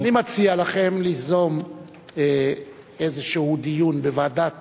אני מציע לכם ליזום איזה דיון בוועדת